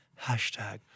Hashtag